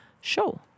show